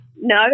no